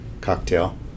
cocktail